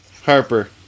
Harper